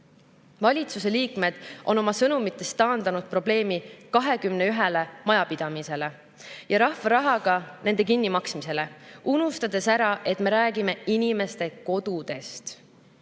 Valitsusliikmed on oma sõnumites taandanud probleemi 21 majapidamisele ja nende rahva rahaga kinnimaksmisele, unustades ära, et me räägime inimeste kodudest.